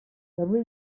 every